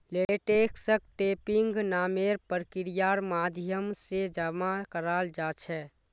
लेटेक्सक टैपिंग नामेर प्रक्रियार माध्यम से जमा कराल जा छे